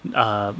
uh